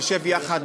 נשב יחד,